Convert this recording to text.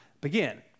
begin